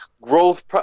growth